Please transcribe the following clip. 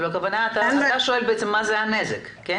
אתה מתכוון לשאול מהו בעצם הנזק, כן?